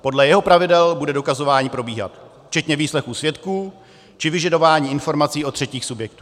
Podle jeho pravidel bude dokazování probíhat, včetně výslechů svědků či vyžadování informací od třetích subjektů.